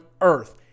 earth